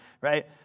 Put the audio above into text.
right